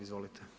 Izvolite.